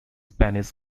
spanish